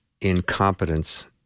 incompetence